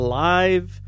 live